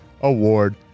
award